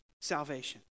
salvation